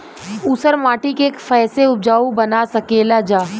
ऊसर माटी के फैसे उपजाऊ बना सकेला जा?